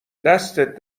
دستت